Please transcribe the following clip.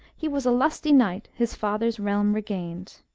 he was a lusty knight, his father's realm regained.